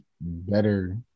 better